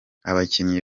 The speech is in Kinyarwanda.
abakinnyi